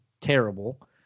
terrible